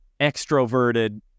extroverted